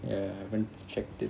ya haven't checked it